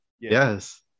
Yes